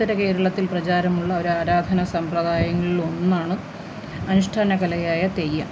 ഉത്തരകേരളത്തിൽ പ്രചാരമുള്ള ഒരാരാധന സമ്പ്രദായങ്ങളിൽ ഒന്നാണ് അനുഷ്ഠാന കലയായ തെയ്യം